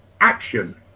action